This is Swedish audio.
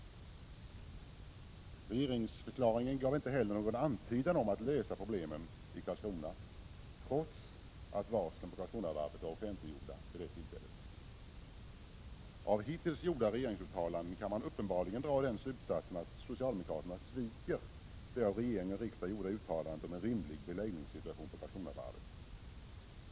Regeringsförklaringen gav inte heller någon antydan till att lösa problemen i Karlskrona, trots att varslen på Karlskronavarvet var offentliggjorda vid det tillfället. Av hittills gjorda regeringsuttalanden kan man uppenbarligen dra den slutsatsen att socialdemokraterna sviker det av regeringen och riksdagen gjorda uttalandet om en rimlig beläggningssituation på Karlskronavarvet.